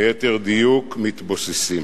ליתר דיוק, מתבוססים.